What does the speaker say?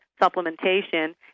supplementation